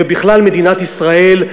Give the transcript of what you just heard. ובכלל מדינת ישראל,